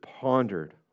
pondered